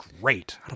great